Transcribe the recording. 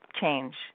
change